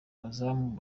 abazamu